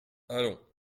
allons